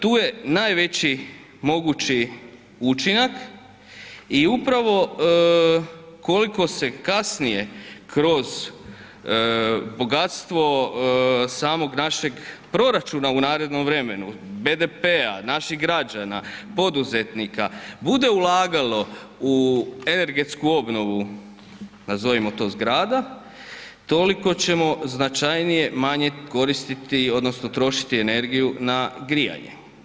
Tu je najveći mogući učinak i upravo koliko se kasnije kroz bogatstvo samog našeg proračuna u narednom vremenu, BDP-a, naših građana, poduzetnika, bude ulagalo u energetsku obnovu, nazovimo to zgrada, toliko ćemo značajnije manje koristiti odnosno trošiti energiju na grijanje.